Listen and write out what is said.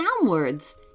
downwards